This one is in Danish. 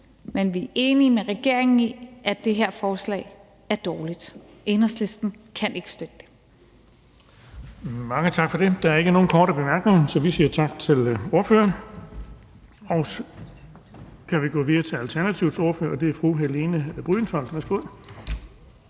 men vi er enige med regeringen i, at det her forslag er dårligt. Enhedslisten kan ikke støtte det.